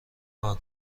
کار